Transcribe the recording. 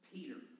Peter